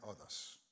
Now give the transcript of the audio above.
others